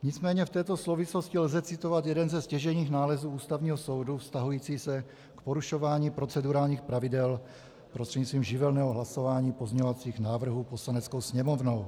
Nicméně v této souvislosti lze citovat jeden ze stěžejních nálezů Ústavního sodu vztahující se k porušování procedurálních pravidel prostřednictvím živelného hlasování pozměňovacích návrhů Poslaneckou sněmovnou.